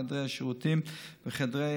חדרי השירותים וחדרי